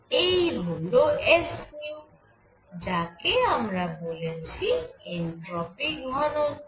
এই হল s যাকে আমরা বলেছি এনট্রপি ঘনত্ব